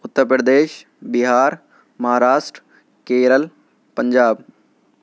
Uttar Pradesh Bihar Maharashtra Kerala Punjab